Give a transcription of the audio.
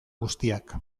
guztiak